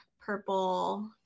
purple